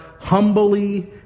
humbly